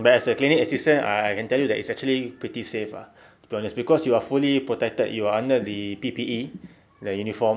but as a clinic assistant ah I can tell you it's actually pretty safe ah cause you're fully protected you're under the P_P_E the uniform